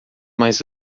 mais